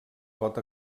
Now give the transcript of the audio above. pot